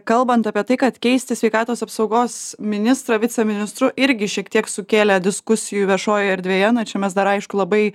kalbant apie tai kad keisti sveikatos apsaugos ministro viceministru irgi šiek tiek sukėlė diskusijų viešojoje erdvėje na čia mes dar aišku labai